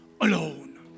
alone